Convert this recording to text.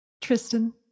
Tristan